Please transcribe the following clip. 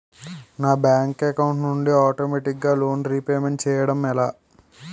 నా bank account నుండి ఆటోమేటిగ్గా లోన్ రీపేమెంట్ చేయడం ఎలా?